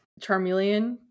Charmeleon